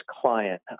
client